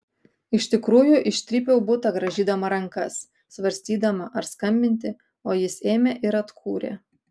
iš tikrųjų ištrypiau butą grąžydama rankas svarstydama ar skambinti o jis ėmė ir atkūrė